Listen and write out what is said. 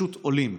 פשוט עולים.